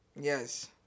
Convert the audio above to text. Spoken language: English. Yes